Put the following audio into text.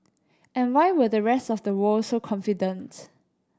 and why were the rest of the world so confident